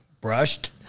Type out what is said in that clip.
brushed